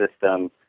system